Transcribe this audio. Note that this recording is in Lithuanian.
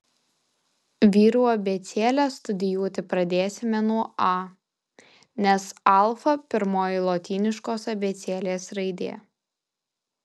vyrų abėcėlę studijuoti pradėsime nuo a nes alfa pirmoji lotyniškos abėcėlės raidė